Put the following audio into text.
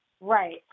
Right